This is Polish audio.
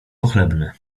pochlebne